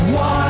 one